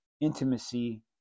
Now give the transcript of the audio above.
intimacy